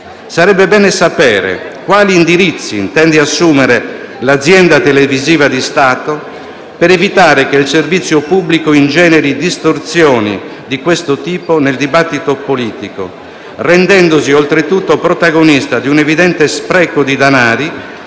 sarebbe bene sapere quali indirizzi intenda assumere l'azienda televisiva di Stato per evitare che il servizio pubblico ingeneri distorsioni di questo tipo nel dibattito politico, rendendosi oltretutto protagonista di un evidente spreco di danari